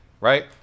right